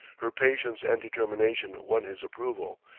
her patience and determination won his approval,